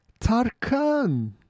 Tarkan